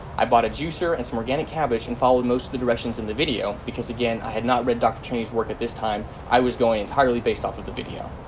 i bought a juicer and some organic cabbage and followed most of the directions in the video because again i had not read dr. cheney's work at this time i was going entirely based off of the video.